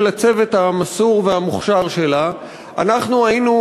הצוות המסור והמוכשר שלה אנחנו היינו,